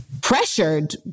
pressured